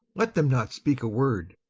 let them not speak a word.